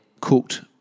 cooked